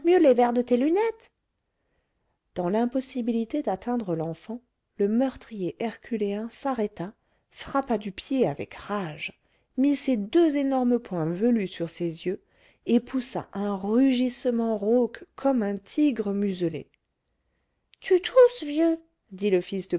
les verres de tes lunettes dans l'impossibilité d'atteindre l'enfant le meurtrier herculéen s'arrêta frappa du pied avec rage mit ses deux énormes poings velus sur ses yeux et poussa un rugissement rauque comme un tigre muselé tu tousses vieux dit le fils de